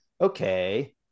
Okay